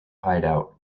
hideout